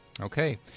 Okay